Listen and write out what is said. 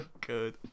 good